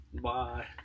Bye